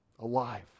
alive